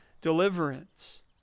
deliverance